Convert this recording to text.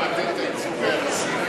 אפשר לתת את הייצוג היחסי,